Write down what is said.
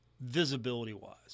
visibility-wise